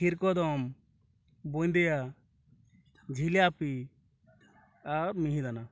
ক্ষীরকদম বুন্দিয়া জিলাপি আর মিহিদানা